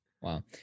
wow